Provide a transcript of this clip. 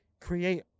create